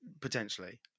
potentially